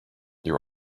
you